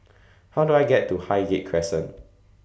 How Do I get to Highgate Crescent